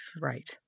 Right